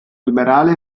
liberale